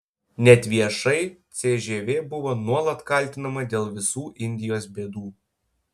net viešai cžv buvo nuolat kaltinama dėl visų indijos bėdų